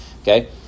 okay